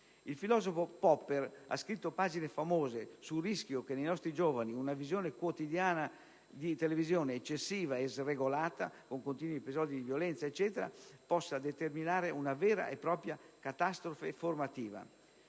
Il filosofo Popper ha scritto pagine famose sul rischio che nei nostri giovani una visione quotidiana di televisione, eccessiva e sregolata (con continui episodi di violenza), possa determinare una vera e propria catastrofe formativa.